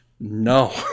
No